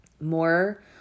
more